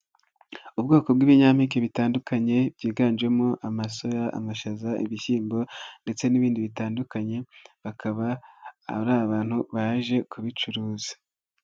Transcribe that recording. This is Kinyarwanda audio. Ubwoko bw'ibinyampeke bitandukanye, byiganjemo amasoya, amashaza, ibishyimbo ndetse n'ibindi bitandukanye, bakaba ari abantu baje kubicuruza.